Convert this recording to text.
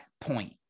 point